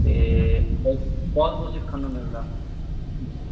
ਤੇ ਬਹੁਤ ਕੁਝ ਸਿੱਖਣ ਨੂੰ ਮਿਲਦਾ